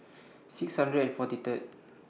six hundred and forty Third